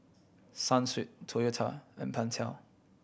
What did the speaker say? Sunsweet Toyota and Pentel